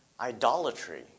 idolatry